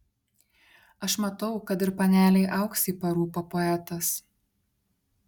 aš matau kad ir panelei auksei parūpo poetas